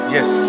Yes